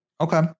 Okay